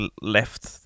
left